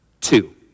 Two